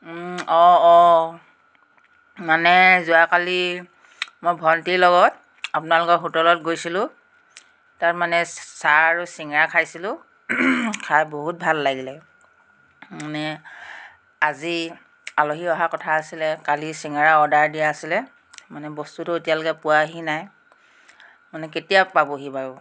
অঁ অঁ মানে যোৱাকালি মই ভন্টিৰ লগত আপোনালোকৰ হোটেলত গৈছিলোঁ তাৰমানে চাহ আৰু চিংৰা খাইছিলোঁ খাই বহুত ভাল লাগিলে মানে আজি আলহী অহাৰ কথা আছিলে কালি চিঙৰা অৰ্ডাৰ দিয়া আছিলে মানে বস্তুটো এতিয়ালৈকে পোৱাহি নাই মানে কেতিয়া পাবহি বাৰু